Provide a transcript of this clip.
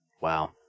Wow